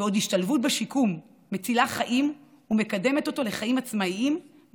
בעוד השתלבות בשיקום מצילה חיים ומקדמת אותו לחיים עצמאיים,